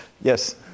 Yes